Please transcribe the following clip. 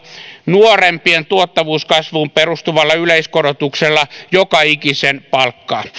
nuorempien tuottavuuskasvuun perustuvalla yleiskorotuksella joka ikisen palkkaa